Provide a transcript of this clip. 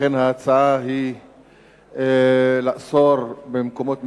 לכן ההצעה היא לאסור במקומות מסוימים,